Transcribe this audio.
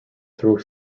through